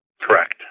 Correct